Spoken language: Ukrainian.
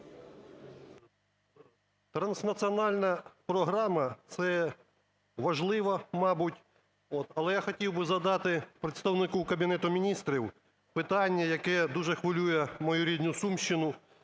Транснаціональна програма – це важливо, мабуть, от, але я хотів би задати представнику Кабінету Міністрів питання, яке дуже хвилює мою рідну Сумщину.